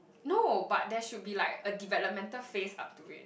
no but there should be like a developmental phase up to it